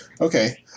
Okay